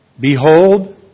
Behold